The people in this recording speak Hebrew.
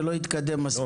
זה פשוט לא התקדם מספיק?